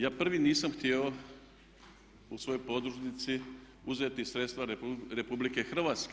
Ja prvi nisam htio u svojoj podružnici uzeti sredstva RH.